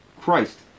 Christ